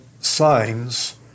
signs